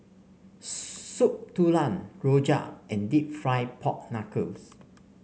Soup Tulang Rojak and deep fried Pork Knuckle